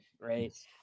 right